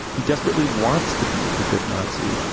he desperately wants to be a good nazi.